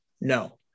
No